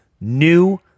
New